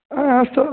हा अस्तु